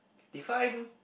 define